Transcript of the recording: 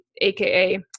aka